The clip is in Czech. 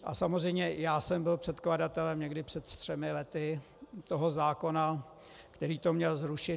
A samozřejmě já jsem byl předkladatelem někdy před třemi lety toho zákona, který to měl zrušit.